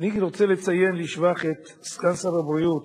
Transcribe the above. לו בהתנדבות מלאה טיפול רפואי ראשוני.